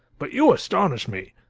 but you astonish me!